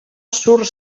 surt